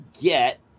get